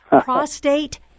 Prostate